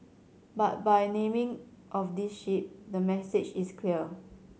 but by naming of this ship the message is clear